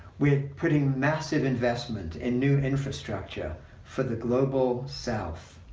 we're putting massive investment in new infrastructure for the global south